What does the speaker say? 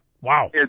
Wow